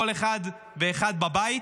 כל אחד ואחד בבית,